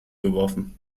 geworfen